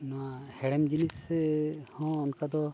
ᱱᱚᱣᱟ ᱦᱮᱲᱮᱢ ᱡᱤᱱᱤᱥ ᱥᱮ ᱦᱚᱸ ᱚᱱᱠᱟᱫᱚ